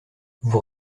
vous